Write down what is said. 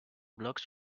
blocks